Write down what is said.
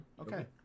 Okay